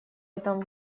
этом